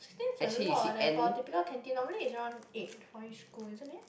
there is a lot therefore typical canteen normally is around eight for each school isn't it